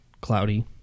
cloudy